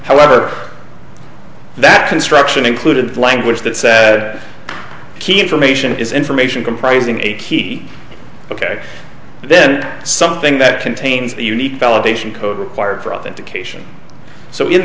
however that instruction included language that says key information is information comprising a key ok then something that contains a unique validation code required for authentication so in